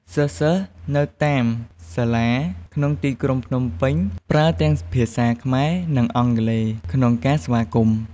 សិស្សៗនៅតាមសាលាក្នុងទីក្រុងភ្នំពេញ ប្រើទាំងភាសាខ្មែរ និងអង់គ្លេស ក្នុងការស្វាគមន៍។